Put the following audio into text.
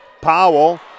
Powell